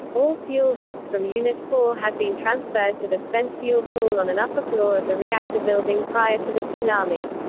all fuel rods from unit four had been transferred to the spent fuel pool on an upper floor of the reactor building prior to the tsunami.